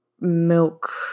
milk